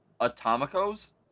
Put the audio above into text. Atomico's